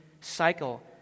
cycle